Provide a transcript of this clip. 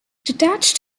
detached